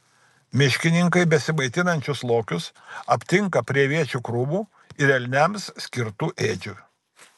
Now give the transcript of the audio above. miškininkai besimaitinančius lokius aptinka prie aviečių krūmų ir elniams skirtų ėdžių